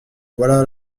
voilà